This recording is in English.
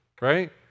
right